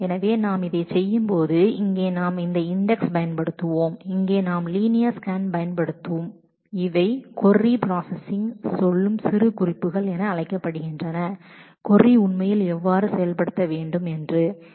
எனவே நாம் இதைச் செய்யும்போது இங்கே நாம் இந்த இன்டெக்ஸ் பயன்படுத்துவோம் இங்கே நாம் லீனியர் ஸ்கேன் பயன்படுத்துவோம் இவை அனடேசன் என அழைக்கப்படுகின்றன கொரி பிராஸஸிங் எஞ்சின் எவ்வாறு கொரி உண்மையில் செயல்படுத்தப்பட வேண்டும் என்று சொல்லுகிறது